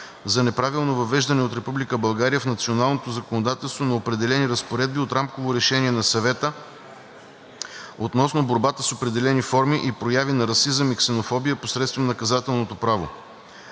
за неправилно въвеждане от Република България в националното законодателство на определени разпоредби от Рамково решение на Съвета относно борбата с определени форми и прояви на расизъм и ксенофобия посредством наказателното право.